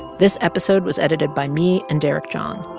this episode was edited by me and derek john.